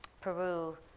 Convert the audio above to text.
Peru